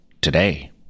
Today